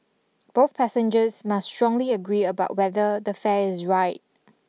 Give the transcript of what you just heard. both passengers must strongly agree about whether the fare is right